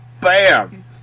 Bam